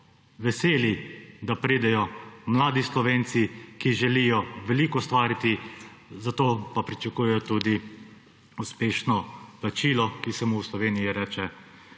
veseli, da pridejo mladi Slovenci, ki želijo veliko ustvariti, za to pa pričakujejo tudi uspešno plačilo, ki se mu v Sloveniji reče